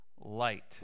light